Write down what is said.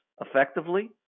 effectively